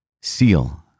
Seal